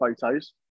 photos